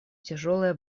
тяжелое